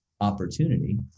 opportunity